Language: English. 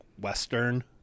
Western